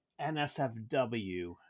NSFW